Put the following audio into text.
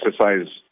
exercise